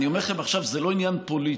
אני אומר לכם עכשיו שזה לא עניין פוליטי,